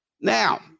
Now